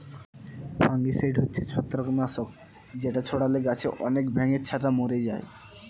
fungicide হচ্ছে ছত্রাক নাশক যেটা ছড়ালে গাছে আনেক ব্যাঙের ছাতা মোরে যায়